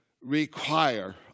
require